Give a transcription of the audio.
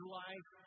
life